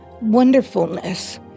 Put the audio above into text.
wonderfulness